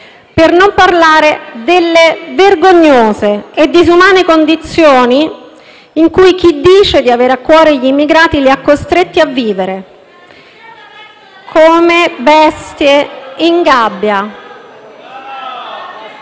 Per non parlare delle vergognose e disumane condizioni in cui chi dice di avere a cuore gli immigrati li ha costretti a vivere come bestie in gabbia...